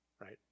right